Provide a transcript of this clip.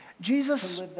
Jesus